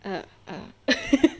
err err